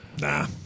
Nah